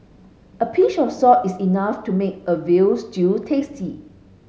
a pinch of salt is enough to make a veal stew tasty